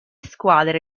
squadre